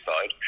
side